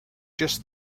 just